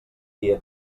guia